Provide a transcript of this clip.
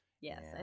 Yes